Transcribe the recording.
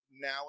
Now